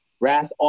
Wrath